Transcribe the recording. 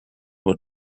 will